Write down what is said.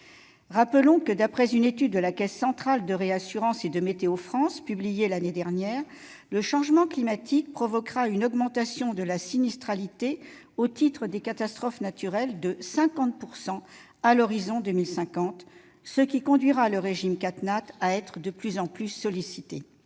Rappelons que, d'après une étude de la Caisse centrale de réassurance et de Météo France publiée l'année dernière, le changement climatique provoquera une augmentation de la sinistralité au titre des catastrophes naturelles de 50 % à l'horizon de 2050, ce qui conduira le régime CatNat à être de plus en plus sollicité.